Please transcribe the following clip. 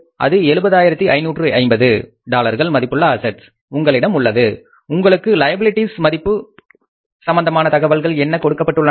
அது 70550 டாலர்கள் மதிப்புள்ள அசட்ஸ் உங்களிடம் உள்ளது உங்களுக்கு லைபிலிட்டிஸ் மதிப்பு சம்பந்தமான தகவல்கள் என்ன கொடுக்கப்பட்டுள்ளன